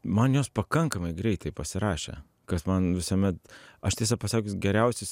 man jos pakankamai greitai pasirašė kas man visuomet aš tiesa pasakius geriausius